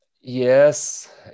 Yes